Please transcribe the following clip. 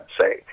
say